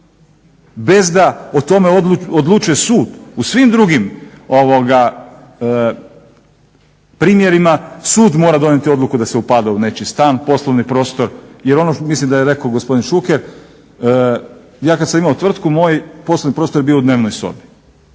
bez da o tome odlučuje sud u svim drugim primjerima, sud mora donijeti odluku da se upada u nečji stan, poslovni prostor jer mislim da je rekao gospodin Šuker, ja kada sam imao tvrtku moj poslovni prostor je bio u dnevnoj sobi